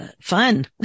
fun